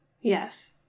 Yes